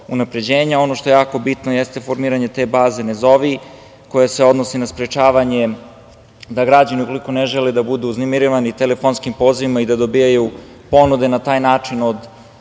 što je jako bitno jeste formiranje te baze – ne zovi, koja se odnosi na sprečavanje da građani ukoliko ne žele da budu uznemiravani telefonskim pozivima i da dobijaju ponude na taj način od